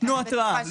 תנו התראה.